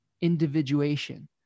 individuation